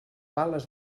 pales